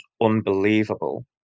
unbelievable